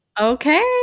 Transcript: Okay